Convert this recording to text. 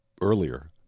earlier